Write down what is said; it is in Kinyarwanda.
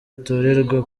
atorerwa